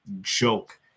joke